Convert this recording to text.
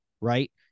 right